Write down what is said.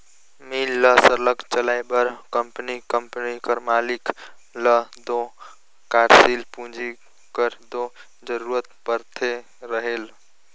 मील ल सरलग चलाए बर कंपनी कंपनी कर मालिक ल दो कारसील पूंजी कर दो जरूरत परते रहेल